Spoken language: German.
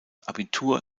abitur